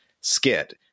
skit